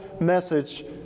message